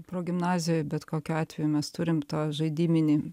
progimnazijoj bet kokiu atveju mes turim tą žaidybinį